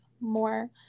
more